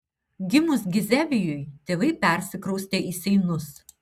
gimus gizevijui tėvai persikraustė į seinus